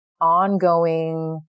ongoing